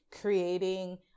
creating